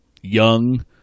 young